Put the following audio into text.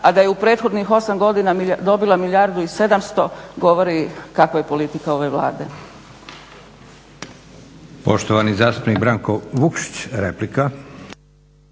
a da je u prethodnih 8 godina dobila milijardu i 700 govori kakva je politika ove Vlade.